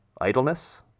idleness